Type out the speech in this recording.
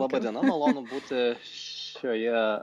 laba diena malonu būti šioje